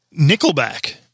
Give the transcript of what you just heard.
Nickelback